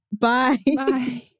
Bye